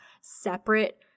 Separate